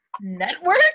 network